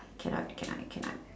cannot cannot cannot